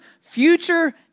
future